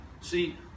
See